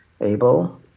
able